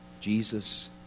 Jesus